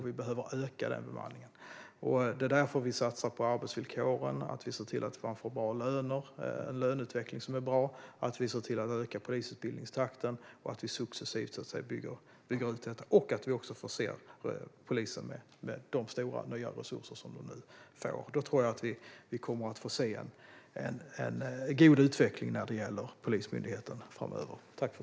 Vi behöver öka bemanningen, och därför satsar vi på arbetsvillkoren, en bra löneutveckling, utökad polisutbildning och nya stora resurser till polisen. Då kommer vi att få se en god utveckling i Polismyndigheten framöver.